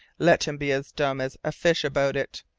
let him be as dumb as a fish about it.